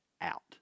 out